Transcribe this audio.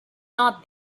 not